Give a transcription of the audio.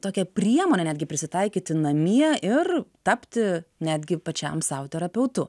tokią priemonę netgi prisitaikyti namie ir tapti netgi pačiam sau terapeutu